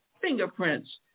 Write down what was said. fingerprints